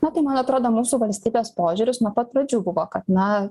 na tai man atrodo mūsų valstybės požiūris nuo pat pradžių buvo kad na